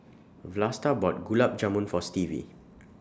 Vlasta bought Gulab Jamun For Stevie